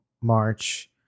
March